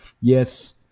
yes